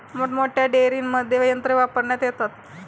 मोठमोठ्या डेअरींमध्ये यंत्रे वापरण्यात येतात